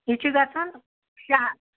یہِ چھِ گژھان شےٚ ہَتھ